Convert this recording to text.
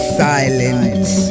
silence